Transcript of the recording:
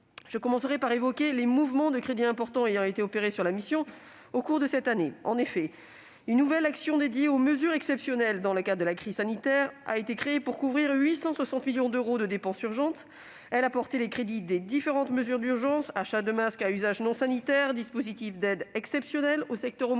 constant se poursuit. Des mouvements de crédits importants ont été opérés sur la mission au cours de cette année. Une nouvelle action dédiée aux mesures exceptionnelles dans le cadre de la crise sanitaire a été créée pour couvrir 860 millions d'euros de dépenses urgentes. Elle a porté les crédits de plusieurs mesures d'urgence, comme l'achat de masques à usage non sanitaire et les dispositifs d'aide exceptionnelle au secteur automobile,